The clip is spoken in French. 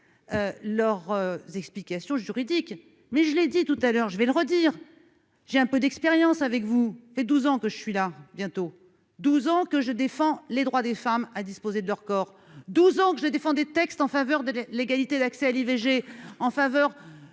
leurs explications juridiques mais je l'ai dit tout à l'heure, je vais le redire : j'ai un peu d'expérience avec vous ces 12 ans que je suis là, bientôt 12 ans que je défends les droits des femmes à disposer de leur corps, 12 ans que je défends des textes en faveur de l'égalité d'accès à l'IVG en faveur